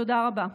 תודה רבה.